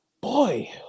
Boy